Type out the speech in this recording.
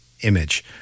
image